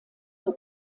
nur